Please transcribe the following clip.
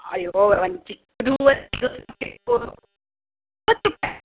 ಅಯ್ಯೋ ಒಂದು ಚಿಕ್ಕದು ಮೂವತ್ತು ರೂಪಾಯಿ